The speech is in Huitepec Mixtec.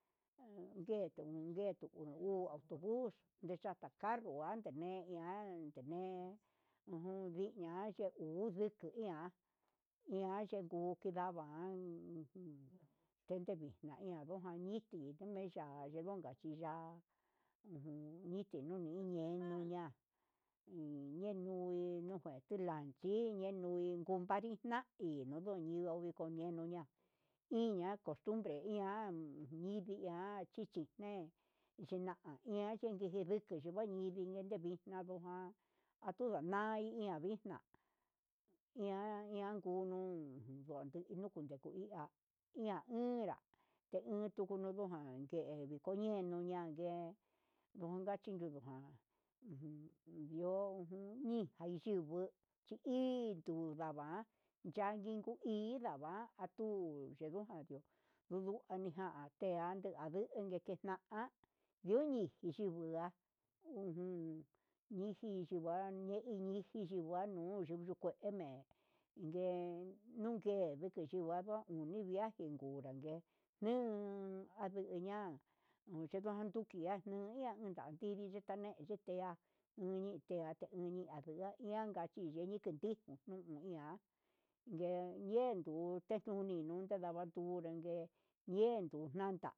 Nguetu ngue nguetu autobuu nde chata carro kuando me'e an ujun vix ña'a chí yejun kutuiña, iha yenguu kindan va'an ujun tende nuna iha yuchevixte unen ya'a ndeunga chí ya'a nite uni niñe'e enuu yenuu un tula'a anguii un kinkunpari iná iho no viko yenuu iña'a costumbre ñi ihan chichi ian ñidi ian chichi jén xhina'a ian chichindu keyuu veni neni nii vi'i nandujan atunda nai ñavixna ian ian nanjunu nakuno nde iha, ña'a enra ian tuku nuu kué he nikoneñon ndangue nuka chinunjun, onrio ujun ni'i achiuju chuitu ndava'a yanguin kukin ndava'a atu yedujan uduu nijá teandu andugue, jeguan yundi nixhi tubuga ujun ñi'i yingua ñengui niji xhingua nuyunu ke'e ngeme nijen nume'e uku chuhuahau nuge viajen nugan ngue niun andu nguña'a nuyuan nduki kinuña nayuu yinri nukañejun iyeha nuñi ité ha cheunke unka nianka kachi nuniun ti'i nujun iha ne'e yen ndutuni nuche ndavan ndu nrangue yemi n nta.